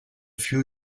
few